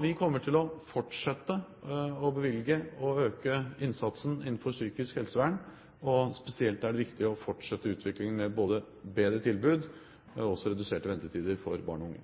Vi kommer til å fortsette å bevilge penger og øke innsatsen innenfor psykisk helsevern, og spesielt er det viktig å fortsette utviklingen med både bedre tilbud og også reduserte ventetider for barn og unge.